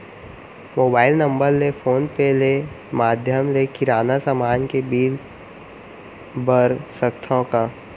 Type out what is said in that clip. Mobile number ले phone पे ले माधयम ले किराना समान के बिल भर सकथव का?